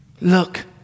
Look